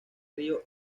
río